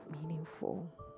meaningful